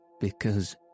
Because